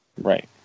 Right